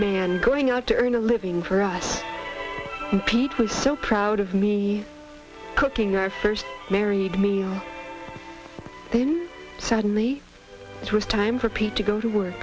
man going out to earn a living for us pete was so proud of me cooking our first married me then suddenly it was time for pete to go to work